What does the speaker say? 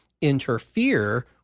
interfere